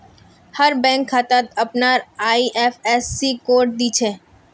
हर bank खातात अपनार IFSC code दि छे